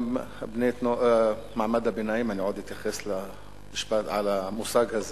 גם מעמד הביניים בהמשך אני אתייחס גם למושג הזה,